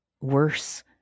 worse